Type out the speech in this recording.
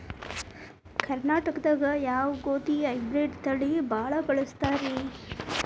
ಕರ್ನಾಟಕದಾಗ ಯಾವ ಗೋಧಿ ಹೈಬ್ರಿಡ್ ತಳಿ ಭಾಳ ಬಳಸ್ತಾರ ರೇ?